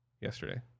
yesterday